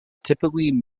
typically